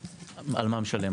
על מה הוא משלם?